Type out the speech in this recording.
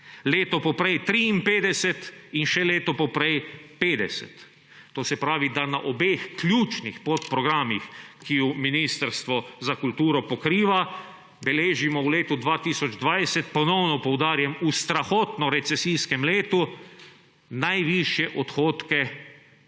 leto poprej 53 in še leto poprej 50. To se pravi, da na obeh ključnih podprogramih, ki ju Ministrstvo za kulturo pokriva, beležimo v letu 2020, ponovno poudarim, v strahotno recesijskem letu, najvišje odhodke v